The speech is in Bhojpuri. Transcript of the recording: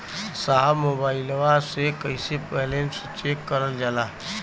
साहब मोबइलवा से कईसे बैलेंस चेक करल जाला?